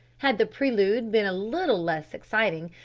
had the prelude been a little less exciting,